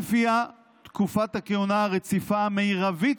ולפיו תקופת הכהונה הרציפה המרבית